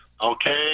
Okay